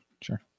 sure